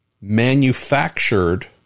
manufactured